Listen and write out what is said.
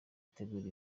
itegura